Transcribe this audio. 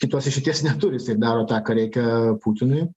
kitos išeities neturi jisai daro tai tą ką reikia putinui